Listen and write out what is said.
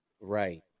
right